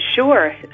Sure